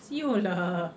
[siol] lah